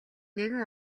нэгэн